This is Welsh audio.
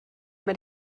mynd